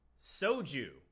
soju